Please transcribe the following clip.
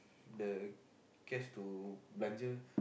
the cash to belanja